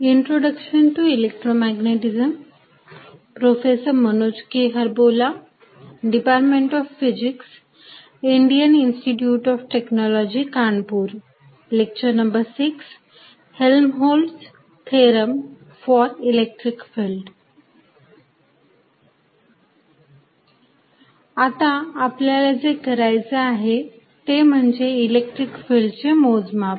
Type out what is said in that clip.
Helmholtz theorem for electric field आता आपल्याला जे करायचं आहे ते म्हणजे इलेक्ट्रिक फिल्ड चे मोजमाप